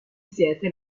siete